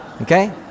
Okay